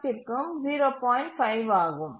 5 ஆகும்